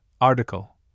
article